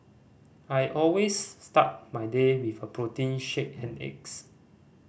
I always start my day with a protein shake and eggs